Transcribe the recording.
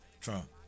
Trump